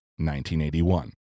1981